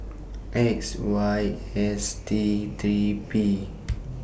X Y S T three P